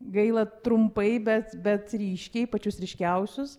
gaila trumpai bet bet ryškiai pačius ryškiausius